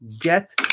get